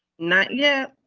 not yet.